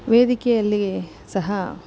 ವೇದಿಕೆಯಲ್ಲಿ ಸಹ